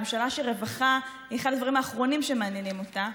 ממשלה שרווחה היא אחד הדברים האחרונים שמעניינים אותה?